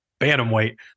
Bantamweight